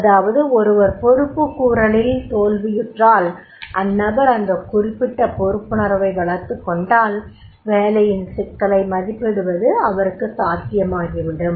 அதாவது ஒருவர் பொறுப்புக்கூறலில் தோல்வியுற்றால் அந்நபர் அந்த குறிப்பிட்ட பொறுப்புணர்வை வளர்த்துக் கொண்டால் வேலையின் சிக்கலை மதிப்பிடுவது அவருக்கு சாத்தியமாகிவிடும்